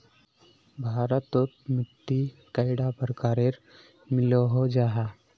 भारत तोत मिट्टी कैडा प्रकारेर मिलोहो जाहा?